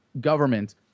government